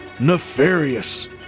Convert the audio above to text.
nefarious